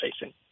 facing